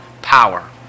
Power